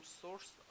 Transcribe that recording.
source